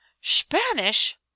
Spanish